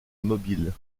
mobile